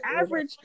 average